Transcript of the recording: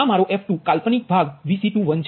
તો આ મારો f2 કાલ્પનિક ભાગ Vc21છે